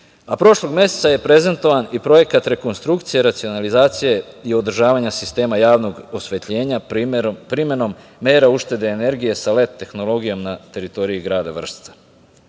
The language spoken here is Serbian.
A prošlog meseca je prezentovan i projekat rekonstrukcije racionalizacije i održavanje sistema javnog osvetljenja primenom mera ušteda energije sa led tehnologijom na teritoriji grada